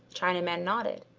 chinaman nodded.